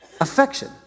affection